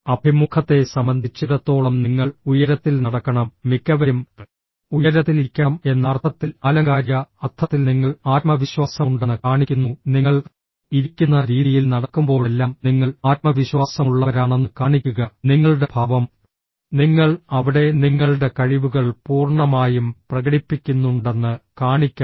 അഭിമുഖത്തെ സംബന്ധിച്ചിടത്തോളം നിങ്ങൾ ഉയരത്തിൽ നടക്കണം മിക്കവരും ഉയരത്തിൽ ഇരിക്കണം എന്ന അർത്ഥത്തിൽ ആലങ്കാരിക അർത്ഥത്തിൽ നിങ്ങൾ ആത്മവിശ്വാസമുണ്ടെന്ന് കാണിക്കുന്നു നിങ്ങൾ ഇരിക്കുന്ന രീതിയിൽ നടക്കുമ്പോഴെല്ലാം നിങ്ങൾ ആത്മവിശ്വാസമുള്ളവരാണെന്ന് കാണിക്കുക നിങ്ങളുടെ ഭാവം നിങ്ങൾ അവിടെ നിങ്ങളുടെ കഴിവുകൾ പൂർണ്ണമായും പ്രകടിപ്പിക്കുന്നുണ്ടെന്ന് കാണിക്കണം